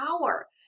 power